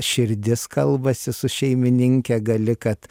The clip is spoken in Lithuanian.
širdis kalbasi su šeimininke gali kad